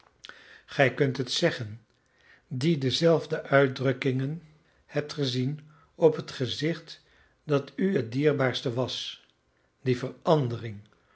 gij kunt het zeggen die dezelfde uitdrukkingen hebt gezien op het gezicht dat u het dierbaarste was die verandering